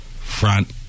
Front